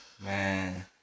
Man